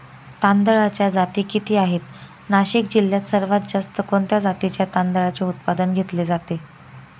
तांदळाच्या जाती किती आहेत, नाशिक जिल्ह्यात सर्वात जास्त कोणत्या जातीच्या तांदळाचे उत्पादन घेतले जाते?